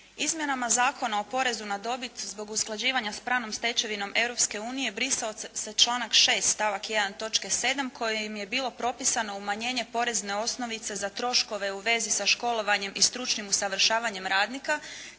Izmjenama Zakona o porezu na dobit zbog usklađivanja s pravnom stečevinom Europske unije brisao se članak 6. stavak 1. točke 7. kojom je bilo propisano umanjenje porezne osnovice za troškove u vezi sa školovanjem i stručnim usavršavanjem radnika